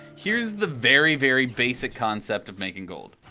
here's the very very basic concept of making gold.